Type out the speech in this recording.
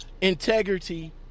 integrity